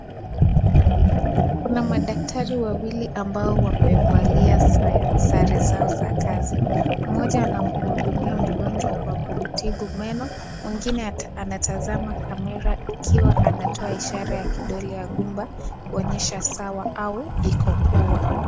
Kuna madaktari wawili ambao wamevalia sare zao za kazi ,mmoja anamhudumia mgonjwa kwa kumtibu meno, mwingine anatazama (cs)camera(cs) ikiwa anatoa ishara ya kidole ya gumba kuonyesha sawa au iko poa.